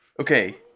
Okay